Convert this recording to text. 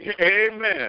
Amen